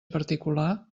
particular